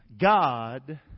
God